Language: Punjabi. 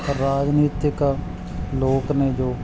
ਰਾਜਨੀਤਿਕ ਲੋਕ ਨੇ ਜੋ